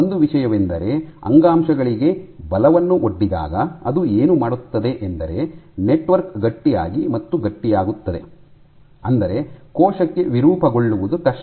ಒಂದು ವಿಷಯವೆಂದರೆ ಅಂಗಾಂಶಗಳಿಗೆ ಬಲವನ್ನು ಒಡ್ಡಿದಾಗ ಅದು ಏನು ಮಾಡುತ್ತದೆ ಎಂದರೆ ನೆಟ್ವರ್ಕ್ ಗಟ್ಟಿಯಾಗಿ ಮತ್ತು ಗಟ್ಟಿಯಾಗುತ್ತದೆ ಅಂದರೆ ಕೋಶಕ್ಕೆ ವಿರೂಪಗೊಳ್ಳುವುದು ಕಷ್ಟ